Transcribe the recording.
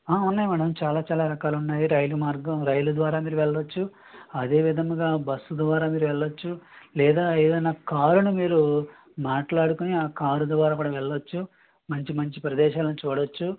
ఉన్నాయి మేడమ్ చాలా చాలా రకాలు ఉన్నాయి రైలు మార్గం రైలు ద్వారా మీరు వెళ్లొచ్చు అదే విధముగా బస్సు ద్వారా మీరు వెళ్లొచ్చు లేదా ఏదైనా కారును మీరు మాట్లాడుకుని ఆ కారు ద్వారా కూడా వెళ్లొచ్చు మంచి మంచి ప్రదేశాలను చూడొచ్చు